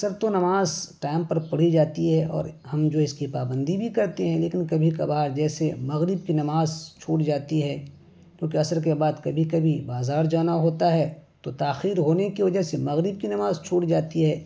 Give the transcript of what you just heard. اکثر تو نماز ٹائم پر پڑھی جاتی ہے اور ہم جو اس کی پابندی بھی کرتے ہیں لیکن کبھی کبھار جیسے مغرب کی نماز چھوٹ جاتی ہے کیونکہ اثر کے بعد کبھی کبھی بازار جانا ہوتا ہے تو تاخیر ہونے کی وجہ سے مغرب کی نماز چھوٹ جاتی ہے